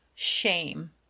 Shame